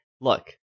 look